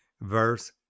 verse